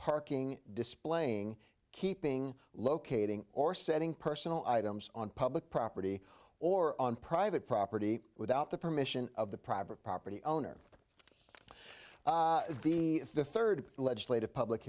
parking displaying keeping locating or setting personal items on public property or on private property without the permission of the private property owner be the third legislative public